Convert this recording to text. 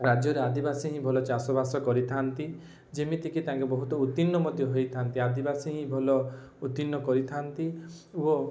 ରାଜ୍ୟରେ ଆଦିବାସୀ ହିଁ ଭଲ ଚାଷ ବାସ କରିଥାନ୍ତି ଯେମିତିକି ତାଙ୍କେ ବହୁତ ଉତ୍ତୀର୍ଣ୍ଣ ମଧ୍ୟ ହୋଇଥାନ୍ତି ଆଦିବାସୀ ହିଁ ଭଲ ଉତ୍ତୀର୍ଣ୍ଣ କରିଥାନ୍ତି ଓ